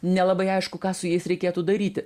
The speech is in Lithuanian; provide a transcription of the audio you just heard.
nelabai aišku ką su jais reikėtų daryti